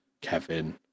Kevin